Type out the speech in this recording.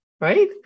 right